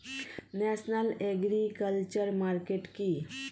National agriculture market কি?